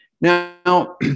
Now